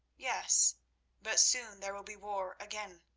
yes but soon there will be war again.